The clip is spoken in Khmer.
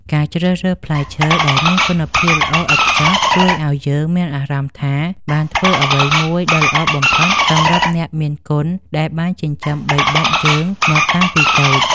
ការជ្រើសរើសផ្លែឈើដែលមានគុណភាពល្អឥតខ្ចោះជួយឱ្យយើងមានអារម្មណ៍ថាបានធ្វើអ្វីមួយដ៏ល្អបំផុតសម្រាប់អ្នកមានគុណដែលបានចិញ្ចឹមបីបាច់យើងមកតាំងពីតូច។